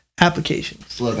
Applications